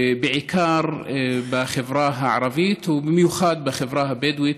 ובעיקר בחברה הערבית, ובמיוחד בחברה הבדואית.